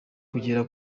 kugera